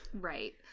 Right